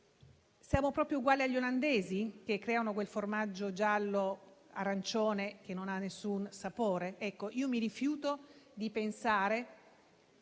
Siamo proprio uguali agli olandesi, che creano quel formaggio giallo-arancione che non ha nessun sapore? Vantiamo sempre